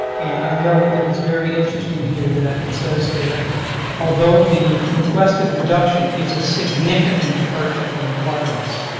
and i note that it's very interesting here that, it says that although the requested reduction is a significant departure from requirements,